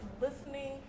listening